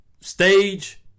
stage